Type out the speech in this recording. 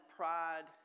pride